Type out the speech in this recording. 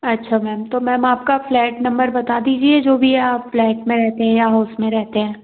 अच्छा मैम तो मैम आपका फ्लैट नंबर बता दीजिए जो भी है आप फ्लैट में रहते हैं या हाउस में रहते हैं